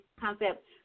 concept